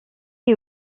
est